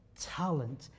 talent